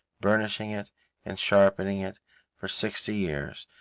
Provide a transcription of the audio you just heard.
burnishing it and sharpening it for sixty years,